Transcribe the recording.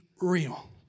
real